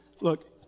look